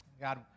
god